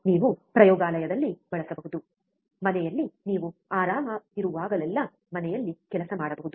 ನೀವು ಪ್ರಯೋಗಾಲಯದಲ್ಲಿ ಬಳಸಬಹುದು ಮನೆಯಲ್ಲಿ ನೀವು ಆರಾಮವಾಗಿರುವಲ್ಲೆಲ್ಲಾ ಮನೆಯಲ್ಲಿ ಕೆಲಸ ಮಾಡಬಹುದು